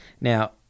Now